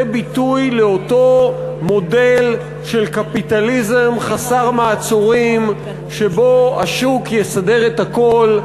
זה ביטוי לאותו מודל של קפיטליזם חסר מעצורים שבו השוק יסדר את הכול,